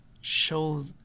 show